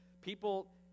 People